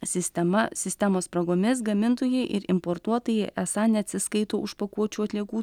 sistema sistemos spragomis gamintojai ir importuotojai esą neatsiskaito už pakuočių atliekų